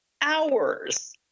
hours